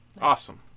Awesome